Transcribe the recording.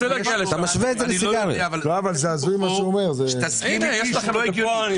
מה שהוא אומר, זה הזוי.